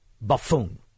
buffoon